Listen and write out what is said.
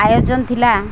ଆୟୋଜନ ଥିଲା